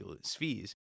spheres